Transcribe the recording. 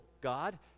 God